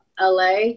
LA